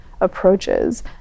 approaches